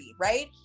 right